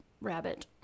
rabbit